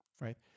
right